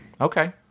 Okay